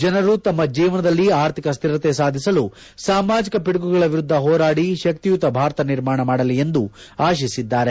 ಜನರು ತಮ್ಮ ಜೀವನದಲ್ಲಿ ಆರ್ಥಿಕ ಸ್ಥಿರತೆ ಸಾಧಿಸಲು ಸಾಮಾಜಿಕ ಪಿಡುಗುಗಳ ವಿರುದ್ಧ ಹೋರಾಡಿ ಶಕ್ತಿಯುತ ಭಾರತ ನಿರ್ಮಾಣ ಮಾಡಲಿ ಎಂದು ಆಶಿಸಿದ್ದಾರೆ